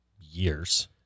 years